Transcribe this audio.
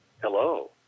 Hello